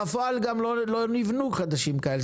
בפועל גם לא נבנו חדשים כאלה,